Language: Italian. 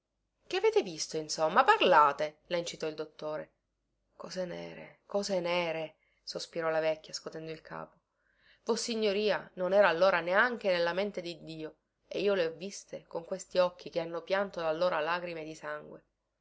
che avete visto insomma parlate la incitò il dottore cose nere cose nere sospirò la vecchia scotendo il capo vossignoria non era allora neanche nella mente di dio e io le ho viste con questi occhi che hanno pianto da allora lagrime di sangue